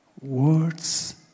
words